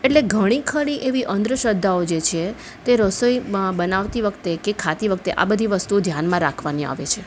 એટલે ઘણી ખરી એવી અંધશ્રદ્ધાઓ જે છે તે રસોઈમાં બનાવતી વખતે કે ખાતી વખતે આ બધી વસ્તુઓ ધ્યાનમાં રાખવાની આવે છે